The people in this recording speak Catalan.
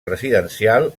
residencial